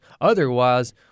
Otherwise